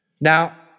Now